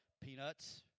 Peanuts